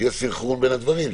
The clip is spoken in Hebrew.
שיהיה סנכרון בין הדברים,